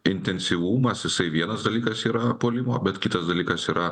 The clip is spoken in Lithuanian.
intensyvumas jisai vienas dalykas yra puolimo bet kitas dalykas yra